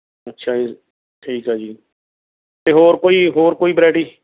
ਅੱਛਾ ਜੀ ਠੀਕ ਹੈ ਜੀ ਅਤੇ ਹੋਰ ਕੋਈ ਹੋਰ ਕੋਈ ਵਰਾਇਟੀ